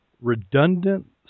redundant